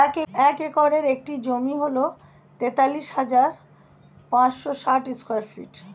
এক একরের একটি জমি হল তেতাল্লিশ হাজার পাঁচশ ষাট স্কয়ার ফিট